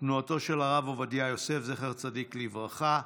תנועתו של מרן הרב עובדיה יוסף זכר צדיק לברכה,